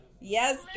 yes